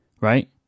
Right